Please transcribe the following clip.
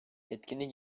etkinlik